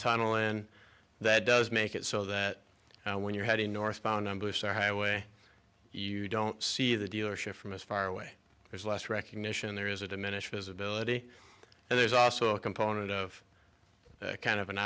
tunnel and that does make it so that when you're heading northbound ambush the highway you don't see the dealership from as far away there's less recognition there is a diminished visibility and there's also a component of kind of an